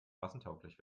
massentauglich